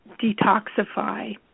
detoxify